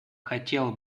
хотела